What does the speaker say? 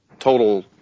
Total